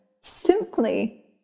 simply